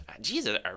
Jesus